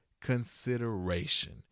consideration